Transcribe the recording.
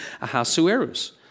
Ahasuerus